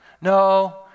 No